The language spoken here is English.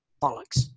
bollocks